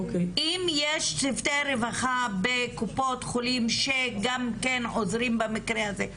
אם יש צוותי רווחה בקופות חולים שגם כן עוזרים במקרה הזה,